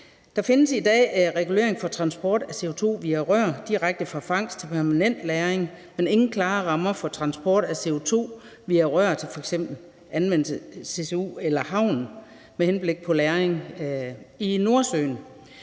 Der findes i dag regulering af transport af CO2 via rør direkte fra fangst til permanent lagring, men ingen klare rammer for transport af CO2 via rør i forhold til f.eks. ccu og havnenes rolle med henblik på lagring i Nordsøen.